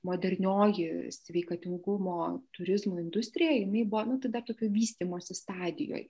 modernioji sveikatingumo turizmo industrija jinai buvo dar tokio vystymosi stadijoj